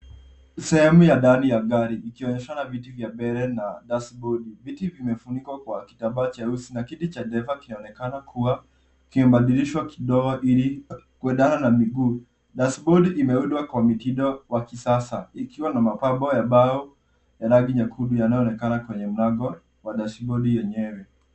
Sehemu ya ndani ya gari ikionyeshana viti vya mbele na dashibodi. Viti vimefunikwa kwa kitambaa cheusi na kiti cha dereva kinaonekana kuwa kimebadilishwa kidogo ili kuendana na miguu. Dashibodi imeundwa kwa mitindo wa kisasa ikiwa na mapambo ya mbao ya rangi nyekundu yanayoonekana kwenye mlango wa dashibodi yenyewe.